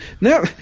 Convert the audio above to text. No